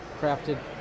crafted